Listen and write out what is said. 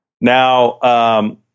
Now